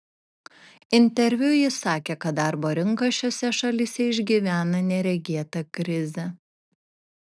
interviu ji sakė kad darbo rinka šiose šalyse išgyvena neregėtą krizę